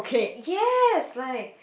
yes like